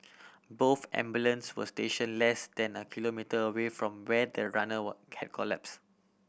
both ambulance were stationed less than a kilometre away from where the runner were had collapsed